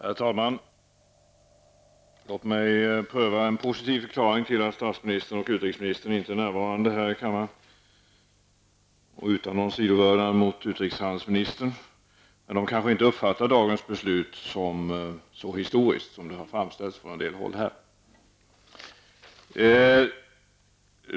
Herr talman! Låt mig försöka att ge en positiv förklaring till att statsministern och utrikesministern inte är närvarande här i kammaren -- detta utan någon sidovördnad mot utrikeshandelsministern. Statsministern och utrikesministern kanske inte uppfattar dagens beslut som historiskt på det sätt som det här har framställts från en del håll.